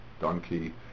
donkey